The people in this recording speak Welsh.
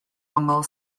ongl